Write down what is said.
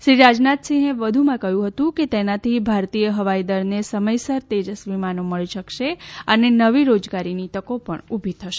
શ્રી રાજનાથ સિંહે વધુમાં કહ્યું હતું કે તેનાથી ભારતીય હવાઇ દળને સમયસર તેજસ વિમાનો મળી શકશે અને નવી રોજગારીની તકો પણ ઉભી થશે